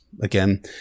Again